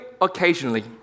occasionally